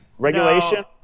Regulation